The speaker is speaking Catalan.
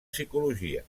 psicologia